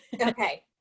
Okay